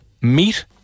meat